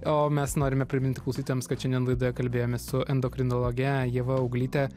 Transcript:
o mes norime priminti klausytojams kad šiandien laidoje kalbėjomės su endokrinologe ieva auglyte